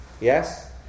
Yes